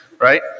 right